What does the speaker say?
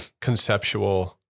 conceptual